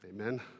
Amen